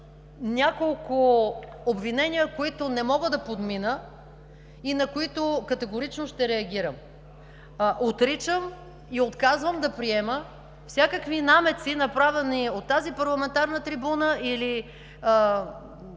няколко обвинения, които не мога да подмина, и на които категорично ще реагирам. Отричам и отказвам да приема всякакви намеци, направени от тази парламентарна трибуна, или